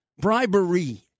Bribery